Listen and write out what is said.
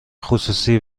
خصوصی